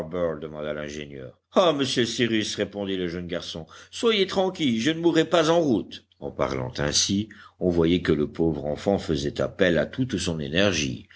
harbert demanda l'ingénieur ah monsieur cyrus répondit le jeune garçon soyez tranquille je ne mourrai pas en route en parlant ainsi on voyait que le pauvre enfant faisait appel à toute son énergie